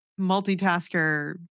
multitasker